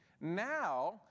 Now